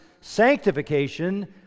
sanctification